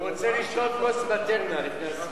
הוא רוצה לשתות כוס "מטרנה" לפני הסיום.